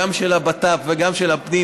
גם של הבט"פ וגם של הפנים,